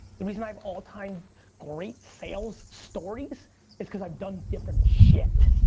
the reason i've all time great sales stories is because i've done different shit.